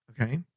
Okay